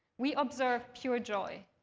we observed pure joy.